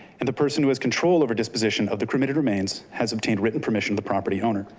and the person who has control over disposition of the cremated remains has obtained written permission of the property owner.